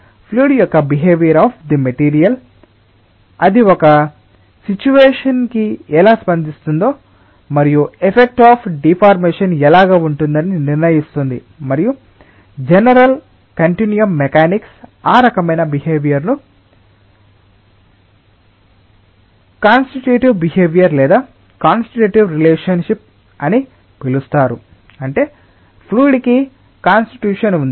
fluid యొక్క behaviour of the material అది ఒక సిచువెషన్ కి ఎలా స్పందిస్తుందో మరియు ఎఫెక్ట్ అఫ్ డిఫార్మెషన్ ని కలిగి ఉంటుందని నిర్ణయిస్తుంది మరియు జనరల్ కంటిన్యూయం మెకానిక్స్ ఆ రకమైన బిహేవియర్ ను కాన్స్టిటేటివ్ బిహేవియర్ లేదా కాన్స్టిటేటివ్ రిలేషన్ షిప్ అని పిలుస్తారు అంటే ఫ్లూయిడ్ కి కాన్స్టిట్యూషన్ ఉంది